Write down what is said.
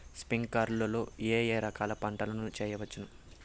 స్ప్రింక్లర్లు లో ఏ ఏ రకాల పంటల ను చేయవచ్చును?